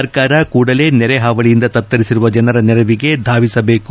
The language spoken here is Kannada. ಸರ್ಕಾರ ಕೂಡಲೇ ನೆರೆ ಹಾವಳಿಯಿಂದ ತತ್ತರಿಸಿರುವ ಜನರ ನೆರವಿಗೆ ಧಾವಿಸಬೇಕು